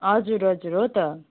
हजुर हजुर हो त